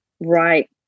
Right